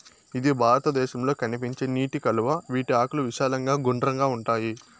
ఇది భారతదేశంలో కనిపించే నీటి కలువ, వీటి ఆకులు విశాలంగా గుండ్రంగా ఉంటాయి